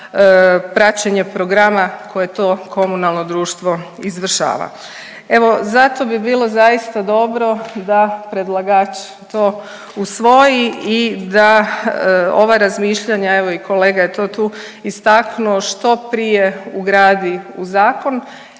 praćenje programa koje to komunalno društvo izvršava. Evo, zato bi bilo zaista dobro da predlagač to usvoji i da ova razmišljanja, evo i kolega je to tu istaknuo, što prije ugradi u zakon.